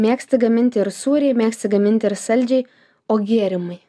mėgsti gaminti ir sūriai mėgsti gaminti ir saldžiai o gėrimai